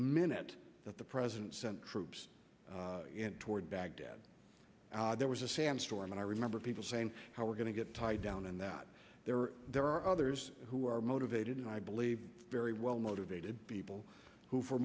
minute that the president sent troops toward baghdad there was a sandstorm and i remember people saying how we're going to get tied down and that there are there are others who are motivated and i believe very well motivated people who for